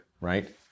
right